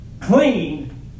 clean